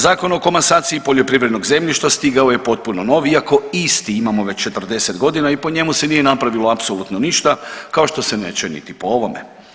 Zakon o komasaciji poljoprivrednog zemljišta stigao je potpuno nov iako isti imamo već 40 godina i po njemu se nije napravilo apsolutno ništa kao što se neće niti po ovome.